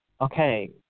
okay